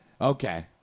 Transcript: Okay